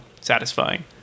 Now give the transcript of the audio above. satisfying